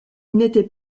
n’étaient